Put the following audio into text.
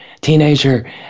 teenager